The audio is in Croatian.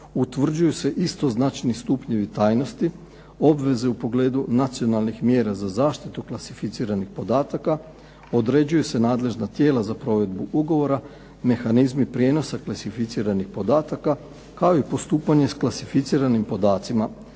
utvrđuju se istoznačajni stupnjevi tajnosti, obveze u pogledu nacionalnih mjera za zaštitu klasificiranih podataka, određuju se nadležna tijela za provedbu ugovora, mehanizmi prijenosa klasificiranih podataka, kao i postupanje s klasificiranim podacima.